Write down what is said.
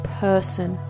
person